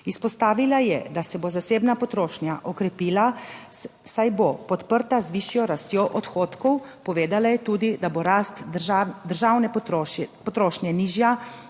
Izpostavila je, da se bo zasebna potrošnja okrepila, saj bo podprta z višjo rastjo odhodkov. Povedala je tudi, da bo rast državne potrošnje nižja.